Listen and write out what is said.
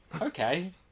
Okay